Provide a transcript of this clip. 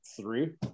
three